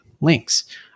links